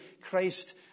Christ